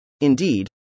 Indeed